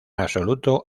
absoluto